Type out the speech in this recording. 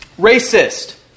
Racist